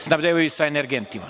snabdevaju sa energentima.